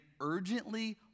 urgently